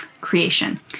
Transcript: creation